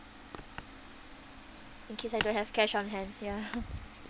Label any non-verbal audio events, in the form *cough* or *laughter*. in case I don't have cash on hand ya *laughs*